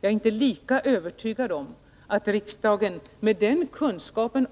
Jag är inte övertygad om att riksdagen med den kunskapen